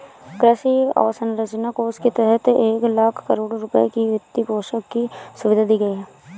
कृषि अवसंरचना कोष के तहत एक लाख करोड़ रुपए की वित्तपोषण की सुविधा दी गई है